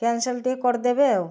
cancel ଟିକେ କରିଦେବେ ଆଉ